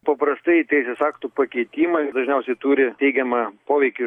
paprastai teisės aktų pakeitimai dažniausiai turi teigiamą poveikį